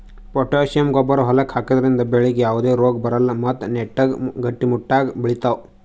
potassium ಗೊಬ್ಬರ್ ಹೊಲಕ್ಕ್ ಹಾಕದ್ರಿಂದ ಬೆಳಿಗ್ ಯಾವದೇ ರೋಗಾ ಬರಲ್ಲ್ ಮತ್ತ್ ನೆಟ್ಟಗ್ ಗಟ್ಟಿಮುಟ್ಟಾಗ್ ಬೆಳಿತಾವ್